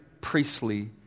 priestly